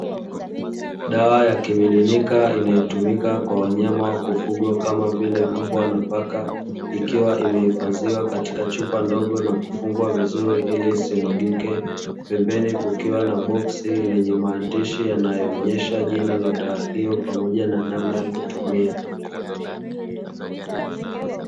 Dawa ya kimiminika inayotumika kwa wanyama wa kufugwa kama vile mbwa na paka, ikiwa imehifadhiwa katika chupa ndogo na kumefungwa vizuri ili isimwagike, pembeni kukiwa na boksi lenye maandishi yanayoonyesha jina la dawa hilo pamoja na namna ya kutumia.